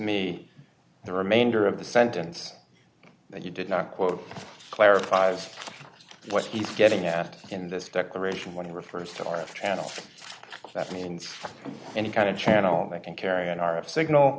me the remainder of the sentence that you did not quote clarifies what he's getting at in this declaration when he refers to our channel that means any kind of channel that can carry on our signal